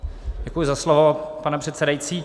Děkuji za slovo, pane předsedající.